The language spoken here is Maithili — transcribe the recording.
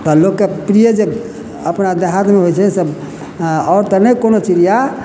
तऽ लोकके प्रिय जे अपना देहातमे होइ छै से आओर तऽ नहि कोनो चिड़िया